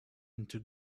into